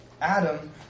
Adam